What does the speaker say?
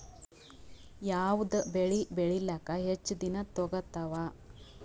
ಯಾವದ ಬೆಳಿ ಬೇಳಿಲಾಕ ಹೆಚ್ಚ ದಿನಾ ತೋಗತ್ತಾವ?